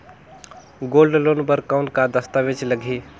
Gold loan बर कौन का दस्तावेज लगही?